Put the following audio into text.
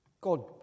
God